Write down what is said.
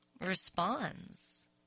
responds